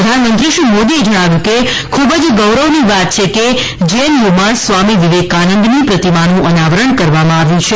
પ્રધાનમંત્રી શ્રી મોદીએ જણાવ્યું હતું કે ખૂબ જ ગૌરવની વાત છે કે જેએનયુમાં સ્વામી વિવેકાનંદની પ્રતિમાનું અનાવરણ કરવામાં આવ્યું છે